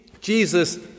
Jesus